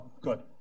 Good